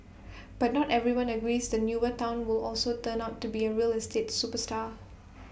but not everyone agrees the newer Town will also turn out to be A real estate superstar